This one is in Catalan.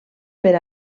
per